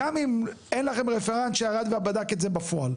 גם אם אין לכם רפרנט שירד ובדק את זה בפועל.